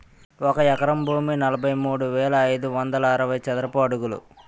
ఒక ఎకరం భూమి నలభై మూడు వేల ఐదు వందల అరవై చదరపు అడుగులు